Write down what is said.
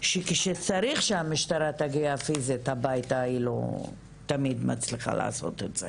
שכשצריך שהמשטרה תגיע פיזית הביתה היא לא תמיד מצליחה לעשות את זה.